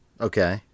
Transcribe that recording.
Okay